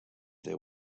their